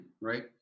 right